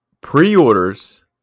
Pre-orders